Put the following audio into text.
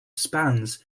spans